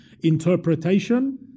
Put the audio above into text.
interpretation